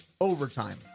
overtime